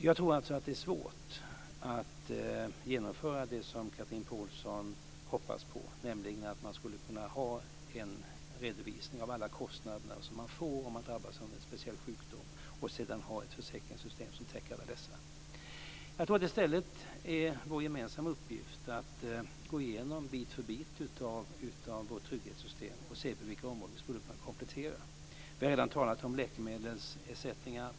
Jag tror alltså att det är svårt att genomföra det som Chatrine Pålsson hoppas på, nämligen att vi skulle kunna ha en redovisning av alla kostnader man får om man drabbas av en speciell sjukdom och sedan ha ett försäkringssystem som täcker alla dessa kostnader. Jag tror att det i stället är vår gemensamma uppgift att gå igenom vårt trygghetssystem bit för bit och se på vilka områden vi skulle kunna komplettera. Vi har redan talat om läkemedelsersättningar.